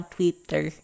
Twitter